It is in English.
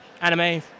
anime